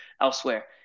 elsewhere